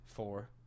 Four